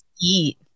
eat